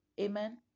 Amen